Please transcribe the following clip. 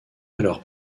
alors